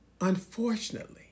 unfortunately